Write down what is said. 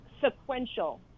sequential